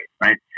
right